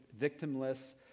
victimless